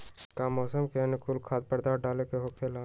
का मौसम के अनुकूल खाद्य पदार्थ डाले के होखेला?